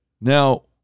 Now